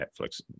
Netflix